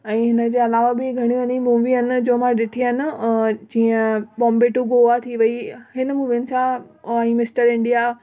ऐं हिन जे अलावा बि घणी घणी मूवी आहिनि न जो मां ॾिठी आहिनि जीअं बॉम्बे टू गोआ थी वई हिन मूवियुनि सां ऐं हीअ मिस्टर इंडिया